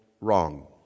wrong